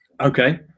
Okay